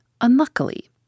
unluckily